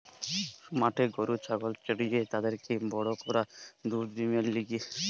মাঠে গরু ছাগল চরিয়ে তাদেরকে বড় করা দুধ ডিমের লিগে